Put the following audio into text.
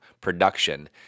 production